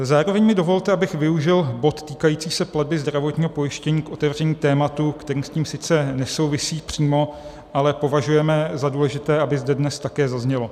Zároveň mi dovolte, abych využil bod týkající se platby zdravotního pojištění k otevření tématu, které s tím sice nesouvisí přímo, ale považujeme za důležité, aby zde dnes také zaznělo.